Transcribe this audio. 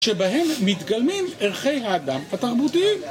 שבהם מתגלמים ערכי האדם התרבותיים